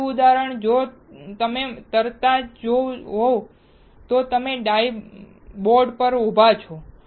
બીજું ઉદાહરણ જો તમે તરતા જોયા હોય તો તમે ડાઇવ બોર્ડ પર ઉભા છો